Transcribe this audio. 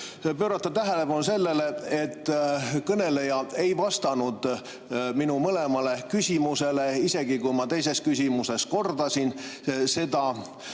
pöörata tähelepanu sellele, et kõneleja ei vastanud minu kummalegi küsimusele, isegi kui ma teises küsimuses kordasin seda.